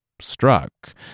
struck